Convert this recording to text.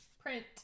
print